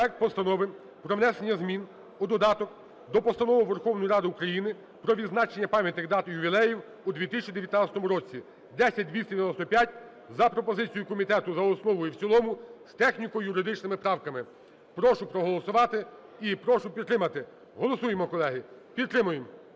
проект Постанови про внесення змін у додаток до Постанови Верховної Ради України "Про відзначення пам'ятних дат і ювілеїв у 2019 році" (10295) за пропозицією комітету за основу і в цілому з техніко-юридичними правками. Прошу проголосувати і прошу підтримати. Голосуємо, колеги! Підтримуємо.